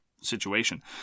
situation